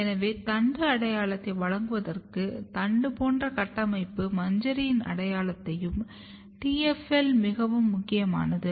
எனவே தண்டு அடையாளத்தை வழங்குவதற்கும் தண்டு போன்ற கட்டமைப்பு மஞ்சரியின் அடையாளத்தையும் TFL மிகவும் முக்கியமானது